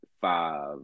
five